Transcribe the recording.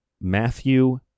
Matthew